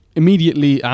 immediately